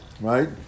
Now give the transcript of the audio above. Right